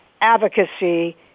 advocacy